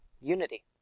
unity